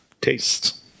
taste